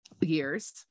years